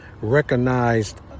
recognized